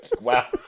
Wow